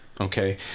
okay